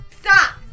Stop